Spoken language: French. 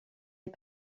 est